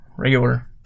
regular